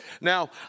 Now